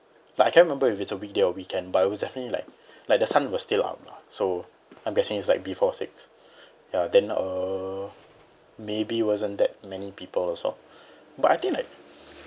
like I can't remember if it's a weekday or weekend but it was definitely like like the sun was still up lah so I'm guessing it's like before six ya then uh maybe wasn't that many people also but I think like